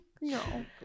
No